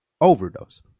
overdose